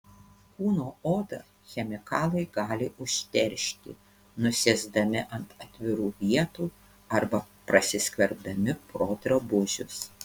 kūno odą chemikalai gali užteršti nusėsdami ant atvirų vietų arba prasiskverbdami pro drabužius